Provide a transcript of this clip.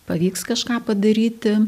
pavyks kažką padaryti